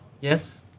Yes